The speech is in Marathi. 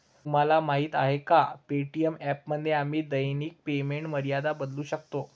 तुम्हाला माहीत आहे का पे.टी.एम ॲपमध्ये आम्ही दैनिक पेमेंट मर्यादा बदलू शकतो?